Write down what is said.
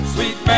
Sweet